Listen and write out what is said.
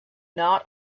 not